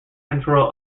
control